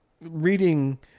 reading